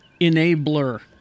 enabler